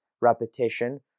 repetition